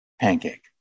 pancake